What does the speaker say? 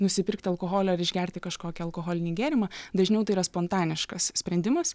nusipirkti alkoholio ar išgerti kažkokį alkoholinį gėrimą dažniau tai yra spontaniškas sprendimas